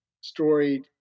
story